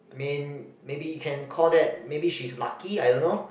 I mean maybe you can call that maybe she's lucky I don't know